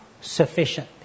sufficient